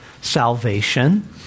salvation